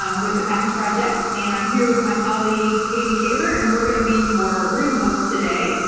um with the patents project. and i'm here with my colleague katie taylor, and we're gonna be your room hosts today.